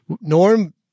Norm